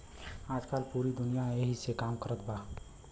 आजकल पूरी दुनिया ऐही से काम कारत बा